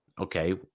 okay